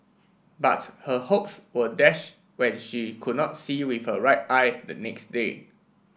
but her hopes were dash when she could not see with her right eye the next day